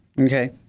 Okay